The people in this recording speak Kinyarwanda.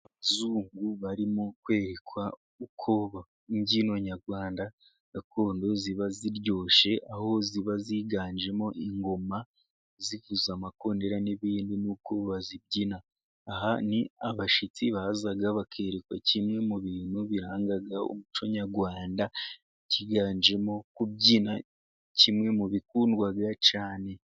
Abazungu barimo kwerekwa uko imbyino nyarwanda gakondo ziba ziryoshye, aho ziba ziganjemo ingoma zivuza amakondera n'ibindi nuko bazibyina, aha ni abashyitsi baza bakerekwa kimwe mu bintu biranga umuco nyarwanda, byiganjemo kubyina kimwe mu bikundwa cyane.